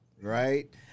right